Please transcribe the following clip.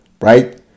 right